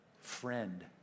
Friend